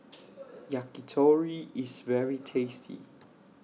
Yakitori IS very tasty